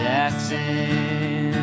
Jackson